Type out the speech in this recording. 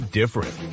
different